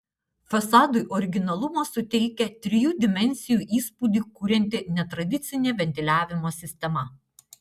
fasadui originalumo suteikia trijų dimensijų įspūdį kurianti netradicinė ventiliavimo sistema